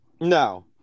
no